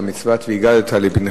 זה גם מצוות "והגדת לבנך",